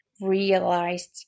realized